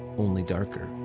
only darker